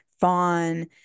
Fawn